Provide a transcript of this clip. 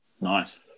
Nice